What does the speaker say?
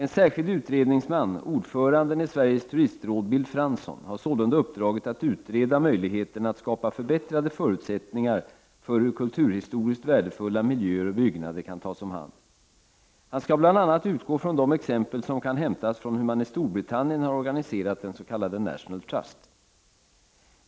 En särskild utredningsman — ordföranden i Sveriges turistråd Bill Fransson — har sålunda uppdraget att utreda möjligheterna att skapa förbättrade förutsättningar för hur kulturhistoriskt värdefulla miljöer och byggnader kan tas om hand. Han skall bl.a. utgå från de exempel som kan hämtas på hur man i Storbritannien har organiserat den s.k. National Trust.